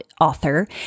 author